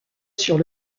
sur